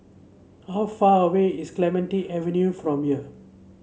how far away is Clementi Avenue from here